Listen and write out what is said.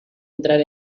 entrar